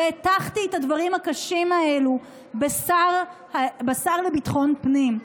והטחתי את הדברים הקשים האלה בשר לביטחון הפנים.